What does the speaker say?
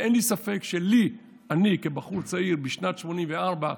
אין לי ספק שלי כבחור צעיר בשנת 1984,